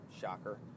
Shocker